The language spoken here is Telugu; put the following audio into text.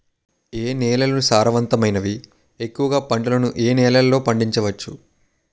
ఏ నేలలు సారవంతమైనవి? ఎక్కువ గా పంటలను ఏ నేలల్లో పండించ వచ్చు?